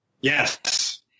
Yes